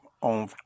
On